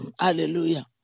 hallelujah